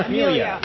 Amelia